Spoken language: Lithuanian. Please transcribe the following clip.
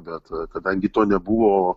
bet kadangi to nebuvo